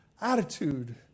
attitude